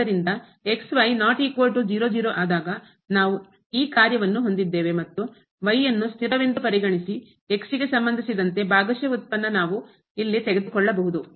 ಆದ್ದರಿಂದ ಆದಾಗ ನಾವು ಈ ಕಾರ್ಯವನ್ನು ಹೊಂದಿದ್ದೇವೆ ಮತ್ತು ಅನ್ನು ಸ್ಥಿರವೆಂದು ಪರಿಗಣಿಸಿ ಗೆ ಸಂಬಂಧಿಸಿದಂತೆ ಭಾಗಶಃ ಉತ್ಪನ್ನ ನಾವು ಇಲ್ಲಿ ತೆಗೆದುಕೊಳ್ಳಬಹುದು